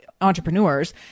entrepreneurs